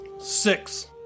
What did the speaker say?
Six